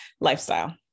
lifestyle